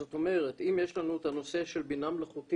זאת אומרת אם יש לנו את הנושא של בינה מלאכותית,